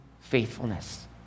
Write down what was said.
faithfulness